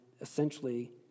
essentially